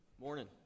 Morning